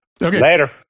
Later